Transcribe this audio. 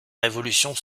révolution